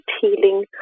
healing